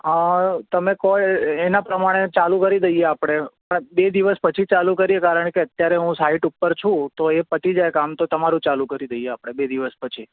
હં તમે કહો એ એના પ્રમાણે ચાલું કરી દઈએ એ આપણે બે દિવસ પછી ચાલું કરીએ કારણ કે અત્યારે હું સાઈટ ઉપર છું તો એ પતી જાય કામ તો તમારું ચાલું કરી દઈએ આપણે બે દિવસ પછી